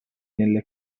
nelle